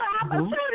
opportunity